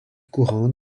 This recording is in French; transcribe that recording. courante